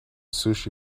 sushi